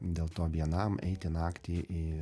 dėl to vienam eiti naktį į